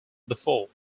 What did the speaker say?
before